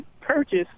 purchase